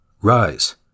Rise